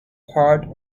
part